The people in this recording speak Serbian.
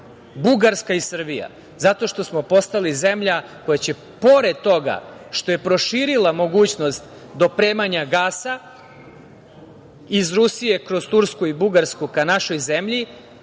Bugarska i Srbija, zato što ćemo postati zemlja koja će, pored toga što je proširila mogućnost dopremanja gasa iz Rusije kroz Tursku i Bugarsku ka našoj zemlji,